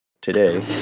today